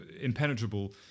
impenetrable